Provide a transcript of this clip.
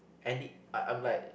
any I'm like